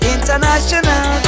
International